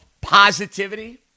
positivity